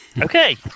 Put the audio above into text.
Okay